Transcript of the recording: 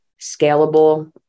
scalable